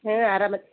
ಹಾಂ ಆರಾಮದಿವಿ